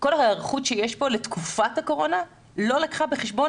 כל ההיערכות שיש פה לתקופת הקורונה לא לקחה בחשבון